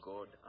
God